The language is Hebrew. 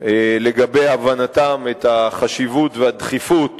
לגבי הבנתם את החשיבות והדחיפות